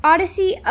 Odyssey